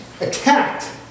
attacked